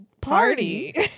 party